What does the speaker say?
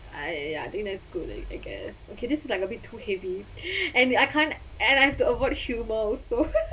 I uh think that's cool I I guess okay this is like a bit too heavy and I can't and I have to avoid humor also